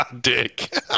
Dick